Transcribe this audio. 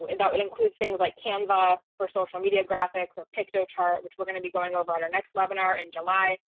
that would include things like canada for social media graphics, or picked a chart, which we're going to be going over on our next webinar in july.